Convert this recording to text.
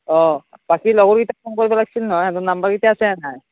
অ' বাকী লগৰকেইটাক ফোন কৰিব লাগিছিল নহয় নম্বৰকেইটা আছে নে নাই